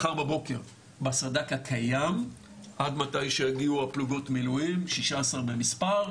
מחר בבוקר בסד"כ הקיים עד מתי שיגיעו פלוגות המילואים 16 במספר,